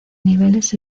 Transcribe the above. niveles